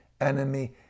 enemy